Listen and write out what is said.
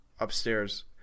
upstairs